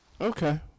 Okay